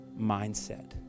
mindset